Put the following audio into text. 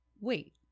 wait